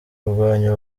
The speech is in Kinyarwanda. kurwanya